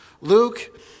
Luke